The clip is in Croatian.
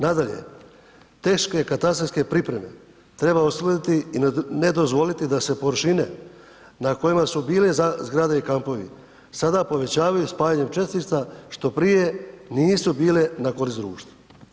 Nadalje, teške katastarske pripreme treba … i ne dozvoliti da se površine na kojima su bile zgrade i kampovi sada povećavaju spajanjem čestica što prije nisu bile na korist društvu.